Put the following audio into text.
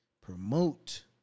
promote